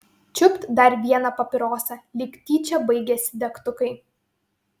čiupt dar vieną papirosą lyg tyčia baigėsi degtukai